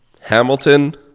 Hamilton